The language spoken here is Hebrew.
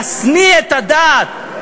להשניא את הדת,